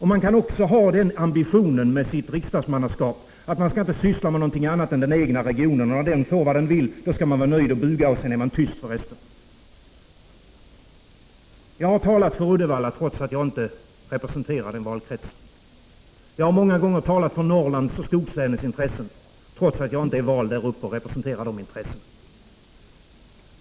Man kan också ha den ambitionen med sitt riksdagsmannaskap att man inte skall syssla med någonting annat än den egna regionen; när den får vad den vill skall man vara nöjd och buga och sedan vara tyst. Jag har talat för Uddevalla, trots att jag inte representerar den valkretsen. Jag har många gånger talat för Norrlands och skogslänens intressen, trots att jag inte är vald där uppe eller representerar de intressena.